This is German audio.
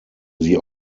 sie